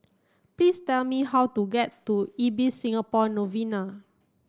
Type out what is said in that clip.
please tell me how to get to Ibis Singapore Novena